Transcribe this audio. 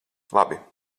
labi